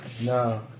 No